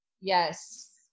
yes